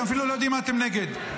אתם אפילו לא יודעים נגד מה אתם.